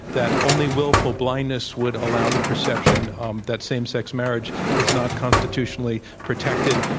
that only willful blindness would allow the perception um that same sex marriage is not constitutionally protected.